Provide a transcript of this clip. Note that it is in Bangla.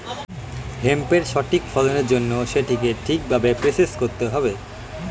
হেম্পের সঠিক ফলনের জন্য সেটিকে ঠিক ভাবে প্রসেস করতে হবে